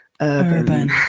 urban